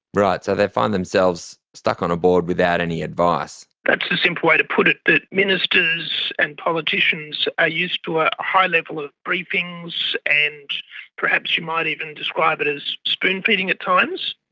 right, so they find themselves stuck on a board without any advice. that's the simple way to put it, that ministers and politicians are used to a high level of briefings and perhaps you might even describe it as spoon-feeding at times.